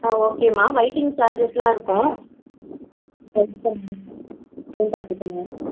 ஆ ஓகேம்மா வெய்ட்டிங் சார்ஜஸ்லாம் இருக்கும் அதையும் பார்த்துக்கங்க